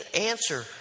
answer